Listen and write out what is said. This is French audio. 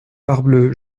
parbleu